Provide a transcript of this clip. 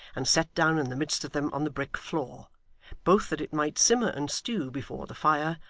and set down in the midst of them on the brick floor both that it might simmer and stew before the fire,